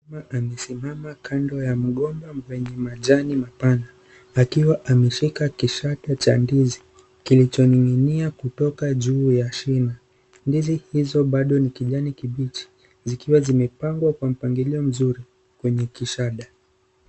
Mama amesimama kando ya mgomba wenye majani mapana akiwa ameshika kishata cha ndizi kilicho ninginia kutoka juu ya shimo, ndizi hizo bado ni kijani kibichi zikiwa zimepangwa kwa mpangilio mzuri kenye kishada,